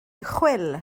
chwil